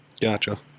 Gotcha